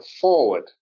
forward